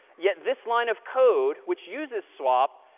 yet, this line of code, which uses swap,